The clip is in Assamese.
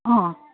অঁ